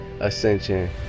Ascension